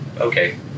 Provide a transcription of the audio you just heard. Okay